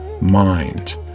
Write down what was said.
mind